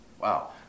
Wow